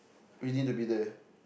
we need to be there